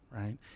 right